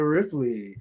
Ripley